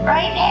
Right